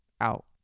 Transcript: out